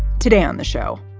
today on the show,